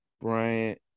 Bryant